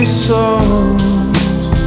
songs